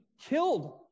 killed